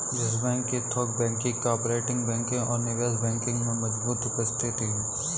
yes Bank की थोक banking, corporate banking और निवेश बैंकिंग में मजबूत उपस्थिति है